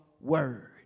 word